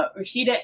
Rashida